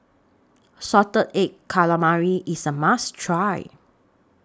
Salted Egg Calamari IS A must Try